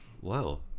wow